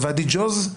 בוואדי ג'וז.